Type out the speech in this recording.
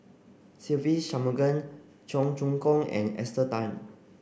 Se Ve Shanmugam Cheong Choong Kong and Esther Tan